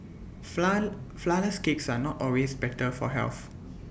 Flourless Cakes are not always better for health